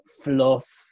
fluff